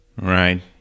Right